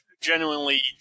genuinely